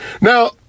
Now